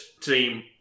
team